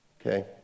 okay